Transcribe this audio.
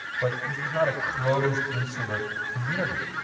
but this is not a closed, insular community.